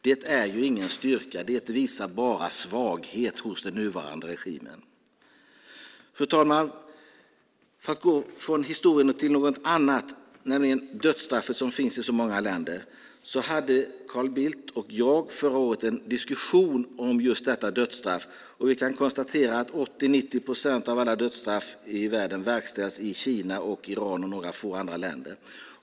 Det är ju ingen styrka. Det visar bara svaghet hos den nuvarande regimen. Fru talman! För att gå från historien till något annat, nämligen dödsstraffet, som finns i så många länder, hade Carl Bildt och jag förra året en diskussion om just detta dödsstraff. Vi kan konstatera att 80-90 procent av alla dödsstraff i världen verkställs i Kina, Iran och några få andra länder.